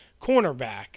cornerback